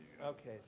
Okay